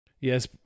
Yes